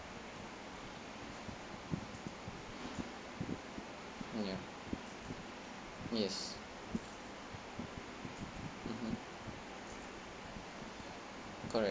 ya yes mmhmm correct